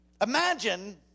Imagine